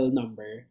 number